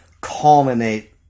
culminate